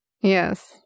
Yes